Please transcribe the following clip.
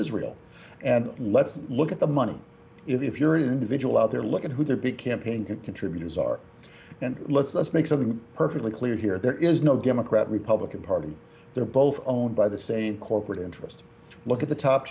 israel and let's look at the money if you're an individual out there look at who their big campaign contributors are and let's let's make something perfectly clear here there is no give a crap republican party they're both own by the same corporate interest to look at the top